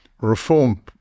reform